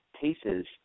cases